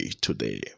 today